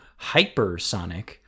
hypersonic